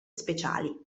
speciali